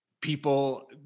people